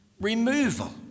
removal